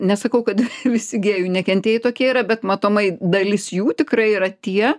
nesakau kad visi gėjų nekentėjai tokie yra bet matomai dalis jų tikrai yra tie